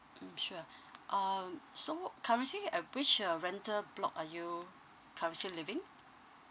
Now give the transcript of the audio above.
mm sure um so currently at which uh rental block are you currently living